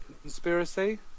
Conspiracy